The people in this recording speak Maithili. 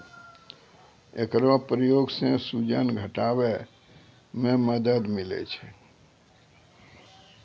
एकरो प्रयोग सें सूजन घटावै म मदद मिलै छै